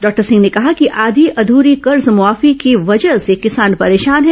doctor Singh ने कहा कि आधी अध्री कर्जमाफी की वजह से किसान परेशान हैं